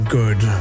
good